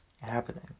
happening